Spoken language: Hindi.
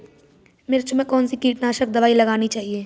मिर्च में कौन सी कीटनाशक दबाई लगानी चाहिए?